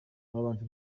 babanje